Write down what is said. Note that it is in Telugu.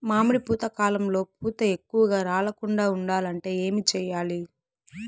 మామిడి పూత కాలంలో పూత ఎక్కువగా రాలకుండా ఉండాలంటే ఏమి చెయ్యాలి?